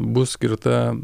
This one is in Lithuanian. bus skirta